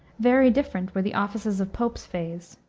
very different were the offices of pope's fays